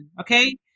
okay